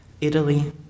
Italy